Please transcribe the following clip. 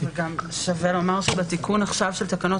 שווה לומר שבתיקון עכשיו של תקנות